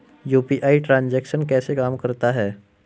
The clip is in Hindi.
यू.पी.आई ट्रांजैक्शन कैसे काम करता है?